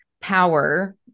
power